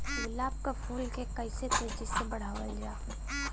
गुलाब क फूल के कइसे तेजी से बढ़ावल जा?